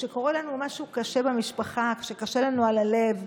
כשקורה לנו משהו קשה במשפחה, כשקשה לנו על הלב,